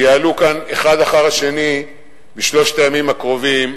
שיעלו כאן אחד אחר השני בשלושת הימים הקרובים,